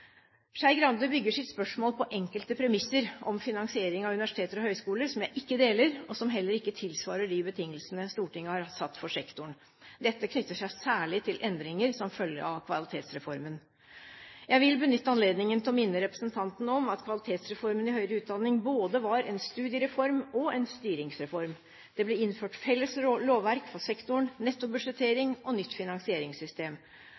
Skei Grande bygger sitt spørsmål på enkelte premisser om finansiering av universiteter og høyskoler som jeg ikke deler, og som heller ikke tilsvarer de betingelsene Stortinget har satt for sektoren. Dette knytter seg særlig til endringer som følge av Kvalitetsreformen. Jeg vil benytte anledningen til å minne representanten om at Kvalitetsreformen i høyere utdanning både var en studiereform og en styringsreform. Det ble innført felles lovverk for sektoren,